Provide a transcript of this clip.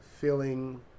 feeling